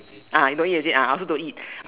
ah you know those days ah I also don't eat